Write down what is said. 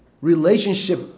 relationship